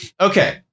okay